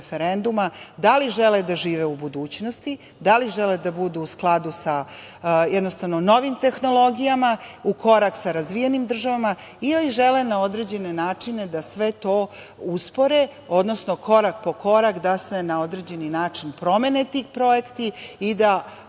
referenduma, da li žele da žive u budućnosti, da li žele da budu u skladu sa novim tehnologijama, u korak sa razvijenim državama ili žele na određene načine da sve to uspore, odnosno korak po korak da se na određeni način promene ti projekti i da